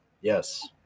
Yes